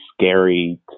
scary